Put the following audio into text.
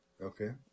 okay